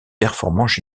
performances